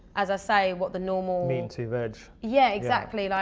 as i say, what the normal. need to verge. yeah, exactly. like,